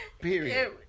Period